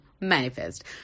manifest